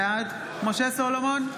בעד משה סולומון,